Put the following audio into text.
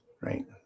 Right